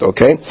Okay